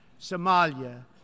Somalia